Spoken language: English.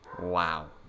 Wow